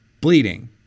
bleeding